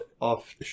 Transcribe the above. off